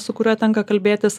su kuriuo tenka kalbėtis